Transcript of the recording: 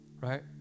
right